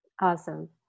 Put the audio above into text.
Awesome